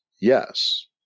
yes